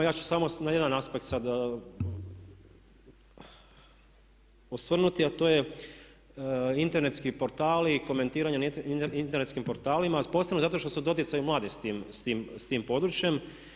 Ja ću se samo na jedan aspekt sad osvrnuti a to je internetski portali i komentiranje na internetskim portalima posebno zato što su u doticaju mladi s tim područjem.